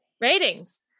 Ratings